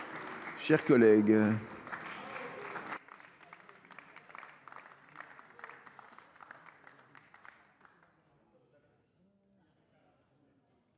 chers collègues,